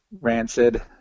rancid